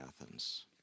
Athens